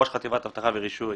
בראש חטיבת אבטחה ורישוי,